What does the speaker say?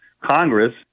Congress